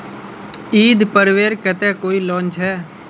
ईद पर्वेर केते कोई लोन छे?